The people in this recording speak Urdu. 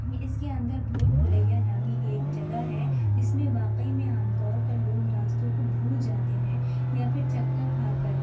اس کے اندر بھول بھلیاں نامی ایک جگہ ہے جس میں واقعی میں عام طور پر لوگ راستوں کو بھول جاتے ہیں یا پھر چکر کھا کر